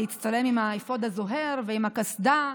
להצטלם עם האפוד הזוהר ועם הקסדה?